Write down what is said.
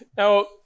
Now